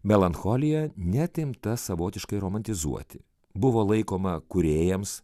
melancholija net imta savotiškai romantizuoti buvo laikoma kūrėjams